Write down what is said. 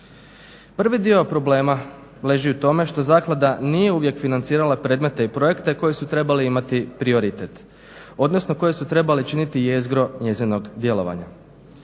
Prvi dio problema leži u tome što zaklada nije uvijek financirala predmete i projekte koji su trebali imati prioritet odnosno koje su trebale činiti jezgro njezinog djelovanja.